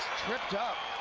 tripped up.